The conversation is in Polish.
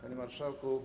Panie Marszałku!